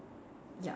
ya